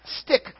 stick